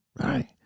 right